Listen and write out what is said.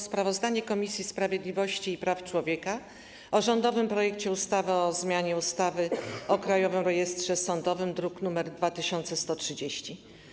Sprawozdanie Komisji Sprawiedliwości i Praw Człowieka o rządowym projekcie ustawy o zmianie ustawy o Krajowym Rejestrze Sądowym, druk nr 2130.